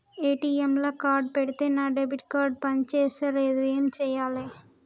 ATM లా card పెడితే నా డెబిట్ కార్డ్ పని చేస్తలేదు ఏం చేయాలే?